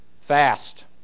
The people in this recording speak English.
fast